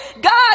God